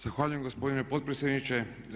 Zahvaljujem gospodine potpredsjedniče.